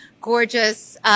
gorgeous